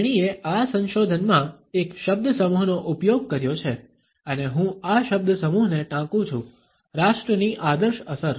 તેણીએ આ સંશોધનમાં એક શબ્દસમૂહનો ઉપયોગ કર્યો છે અને હું આ શબ્દસમૂહને ટાંકું છું રાષ્ટ્રની આદર્શ અસર